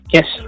Yes